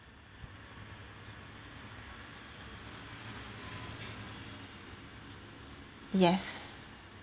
yes